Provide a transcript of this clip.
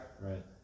right